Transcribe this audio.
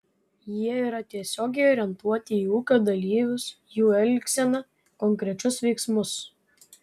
jie yra tiesiogiai orientuoti į ūkio dalyvius jų elgseną konkrečius veiksmus